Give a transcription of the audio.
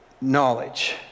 knowledge